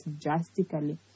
drastically